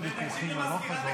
תקשיב למזכירת הכנסת.